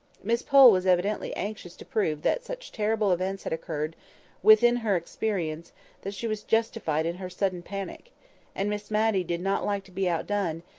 miss pole was evidently anxious to prove that such terrible events had occurred within her experience that she was justified in her sudden panic and miss matty did not like to be outdone,